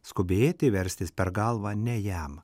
skubėti verstis per galvą ne jam